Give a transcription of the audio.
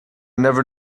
never